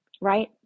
Right